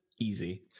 easy